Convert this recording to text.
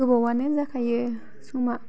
गोबावआनो जाखायो समा